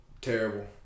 Terrible